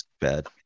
bad